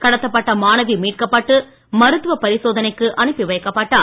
கடத்தப்பட்ட மாணவி மீட்கப்பட்டு மருத்துவ பரிசோதனைக்கு அனுப்பி வைக்கப்பட்டார்